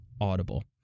Audible